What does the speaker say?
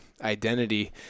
identity